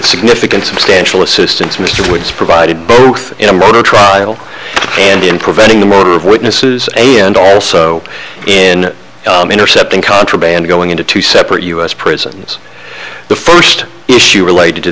significant substantial assistance mr woods provided both in a murder trial and in preventing the murder of witnesses and also in intercepting contraband going into two separate us prisons the first issue related to